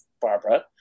Barbara